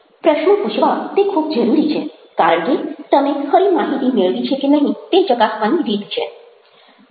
પ્રશ્નો પૂછવા તે ખૂબ જરૂરી છે કારણ કે તમે ખરી માહિતી મેળવી છે કે નહિ તે ચકાસવાની રીત છે